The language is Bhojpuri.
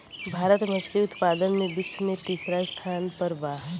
भारत मछली उतपादन में विश्व में तिसरा स्थान पर बा